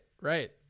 right